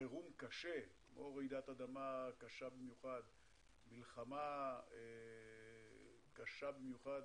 לחירום קשה, כמו רעידת אדמה או מלחמה קשה במיוחד,